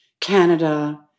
Canada